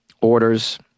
orders